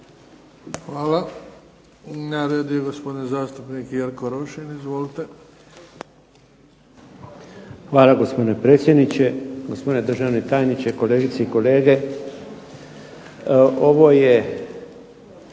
Hvala. Na redu je gospodin zastupnik Jerko Rošin. Izvolite. **Rošin, Jerko (HDZ)** Hvala, gospodine predsjedniče. Gospodine državni tajniče, kolegice i kolege. Ovo je